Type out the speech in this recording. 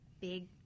big